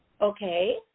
Okay